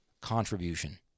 contribution